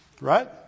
Right